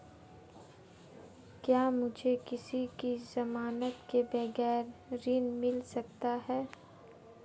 क्या मुझे किसी की ज़मानत के बगैर ऋण मिल सकता है?